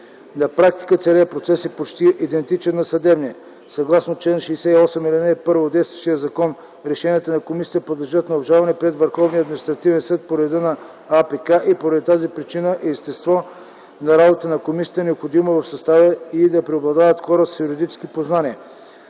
На практика целият процес е почти идентичен на съдебния. Съгласно чл. 68, ал. 1 от действащия закон решенията на комисията подлежат на обжалване пред Върховния административен съд по реда на АПК и поради тази причина и естеството на работата на комисията е необходимо в състава й да преобладават хората с юридически познания.